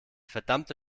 verdammte